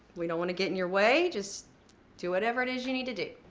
we don't want to get in your way. just do whatever it is you need to do.